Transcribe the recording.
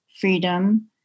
freedom